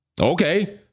Okay